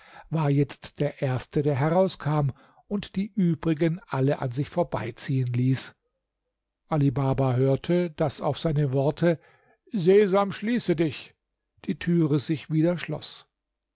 war jetzt der erste der herauskam und die übrigen alle an sich vorbeiziehen ließ ali baba hörte daß auf seine worte sesam schließe dich die türe sich wieder schloß